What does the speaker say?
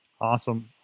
Awesome